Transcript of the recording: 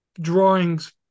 drawings